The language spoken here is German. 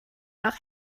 nach